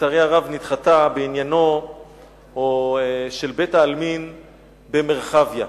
שלצערי הרב נדחתה, בעניינו של בית-העלמין במרחביה.